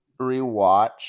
rewatch